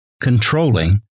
controlling